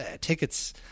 Tickets